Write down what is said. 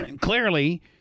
clearly